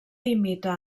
imita